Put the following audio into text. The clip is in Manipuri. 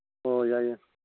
ꯍꯣꯏ ꯌꯥꯏ ꯌꯥꯏ